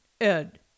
Ed